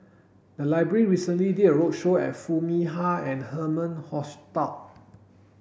the library recently did a roadshow and Foo Mee Har and Herman Hochstadt